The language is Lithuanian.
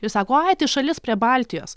ir sako ai tai šalis prie baltijos